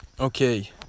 Okay